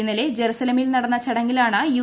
ഇന്നലെ ജറുസലേമിൽ നടന്ന ചടങ്ങിലാണ് യു